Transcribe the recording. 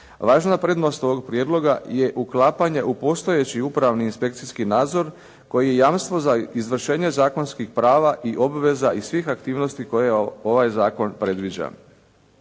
Važna prednost ovog prijedloga je uklapanje u postojeći upravni inspekcijski nadzor koji je jamstvo za izvršenje zakonskih prava i obveza i svih aktivnosti koje ovaj zakon predviđa.